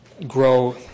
Grow